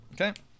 Okay